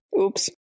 Oops